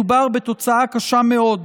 מדובר בתוצאה קשה מאוד,